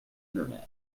internet